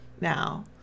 now